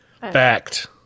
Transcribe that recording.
Fact